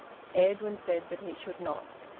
edwin said that he should not.